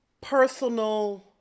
personal